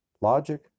Logic